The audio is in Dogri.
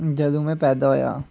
जदूं में पैदा होएआ